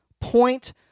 point